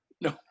No